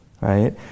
right